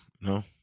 No